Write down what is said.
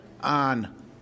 on